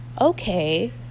okay